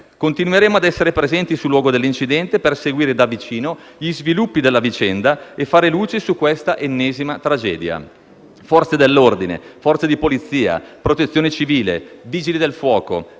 Continueremo ad essere presenti sul luogo dell'incidente per seguire da vicino gli sviluppi della vicenda e fare luce su questa ennesima tragedia. Forze dell'ordine, Forze di polizia, Protezione civile, Vigili del fuoco,